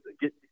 get